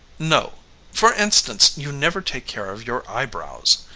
no for instance you never take care of your eyebrows.